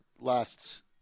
lasts